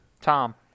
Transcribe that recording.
Tom